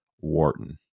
Wharton